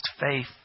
faith